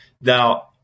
Now